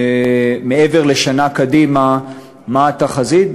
מעבר לשנה קדימה מה התחזית,